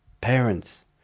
Parents